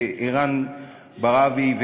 וערן בר-רבי.